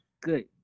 good